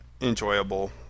enjoyable